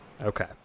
Okay